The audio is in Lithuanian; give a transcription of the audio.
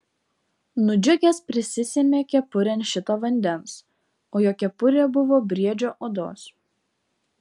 nudžiugęs prisisėmė kepurėn šito vandens o jo kepurė buvo briedžio odos